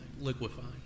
liquefying